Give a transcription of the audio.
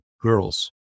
girls